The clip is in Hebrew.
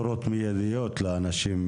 ואני אומר לכם,